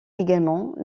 également